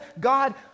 God